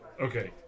Okay